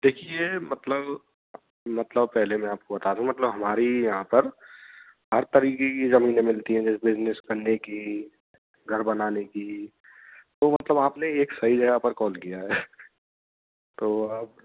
देखिए मतलब मतलब पहले मैं आपको बता दूँ मतलब हमारी यहाँ पर हर तरीके की ज़मीनें मिलती है जैसे बिज़नेस करने की घर बनाने की तो मतलब आपने एक सही जगह पर कॉल किया है तो आप